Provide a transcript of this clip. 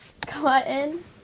Cotton